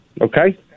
Okay